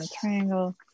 Triangle